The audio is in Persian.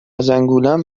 زنگولم